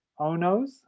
Onos